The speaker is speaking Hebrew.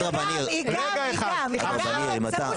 גם דיון ציבורי.